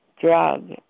drug